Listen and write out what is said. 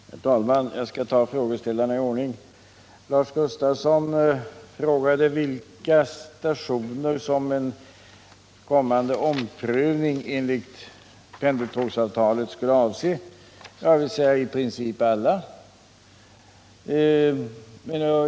Herr talman! Jag skall svara frågeställarna i tur och ordning. Lars Gustafsson frågade vilka stationer som en kommande omprövning enligt pendeltågsavtalet skulle avse. Jag vill svara: I princip alla.